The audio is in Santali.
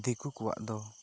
ᱫᱤᱠᱩ ᱠᱚᱣᱟᱜ ᱫᱚ